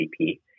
CP